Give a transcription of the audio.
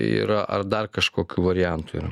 yra ar dar kažkokių variantų